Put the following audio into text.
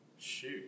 shoot